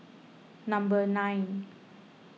number nine